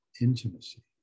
intimacy